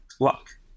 Luck